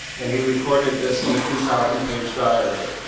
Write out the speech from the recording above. and he recorded this in a two thousand page diary.